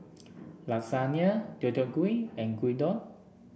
Lasagne Deodeok Gui and Gyudon